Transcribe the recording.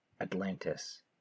Atlantis